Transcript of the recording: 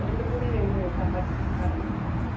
ரெண்டு பூரி ரெண்டு சப்பாத்தி ஆட்ரு பண்ணுறேங்க